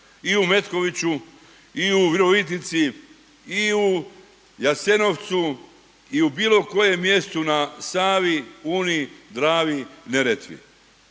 I u Metkoviću i u Virovitici i u Jasenovcu i u bilo kojem mjestu na Savi, Uni, Dravi, Neretvi.